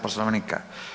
Poslovnika.